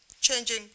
changing